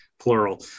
plural